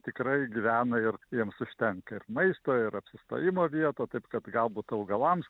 tikrai gyvena ir jiems užtenka ir maisto ir apsistojimo vietų taip kad galbūt augalams